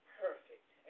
perfect